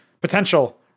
potential